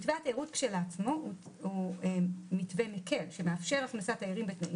מתווה התיירות כשלעצמו הוא מתווה מקל שמאפשר הכנסת תיירים בתנאים